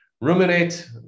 ruminate